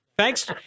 Thanks